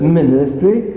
ministry